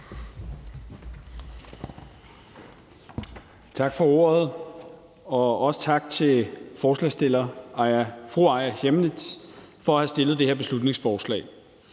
Tak for ordet. Også tak til forslagsstiller fru Aaja Chemnitz for at have fremsat det her beslutningsforslag.